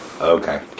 okay